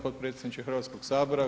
potpredsjedniče Hrvatskog sabora.